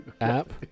app